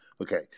Okay